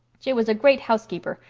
she was a great housekeeper,